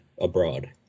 abroad